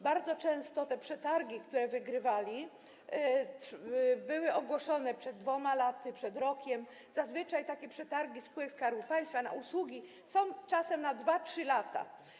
Bardzo często te przetargi, które wygrywali, były ogłoszone przed dwoma laty, przed rokiem, zazwyczaj takie przetargi spółek Skarbu Państwa na usługi są na 2, 3 lata.